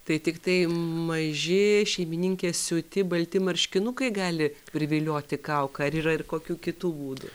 tai tiktai maži šeimininkės siūti balti marškinukai gali privilioti kauką ar yra ir kokių kitų būdų